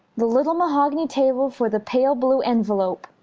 the little mahogany table for the pale blue envelope!